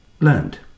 learned